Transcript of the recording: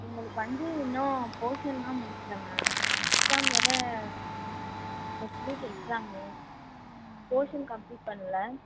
எங்களுக்கு வந்து இன்னும் போர்ஷன்லாம் முடிக்கல மேம் எக்ஸாம் வேறு next week exam portion complete பண்ணல